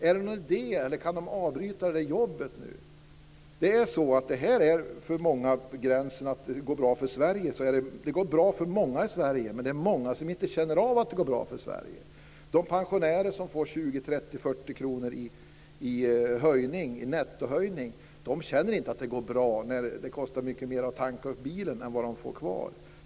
Är det någon idé, eller kan de avbryta det jobbet nu? Det går bra för Sverige och det går bra för många i Sverige, men det är många som inte känner av att det går bra för Sverige. De pensionärer som får 20, 30 eller 40 kr i nettohöjning känner inte att det går bra när de får betala mycket mer för att tanka bilen än vad de får kvar.